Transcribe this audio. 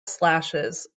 slashes